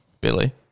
Billy